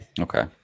Okay